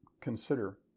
consider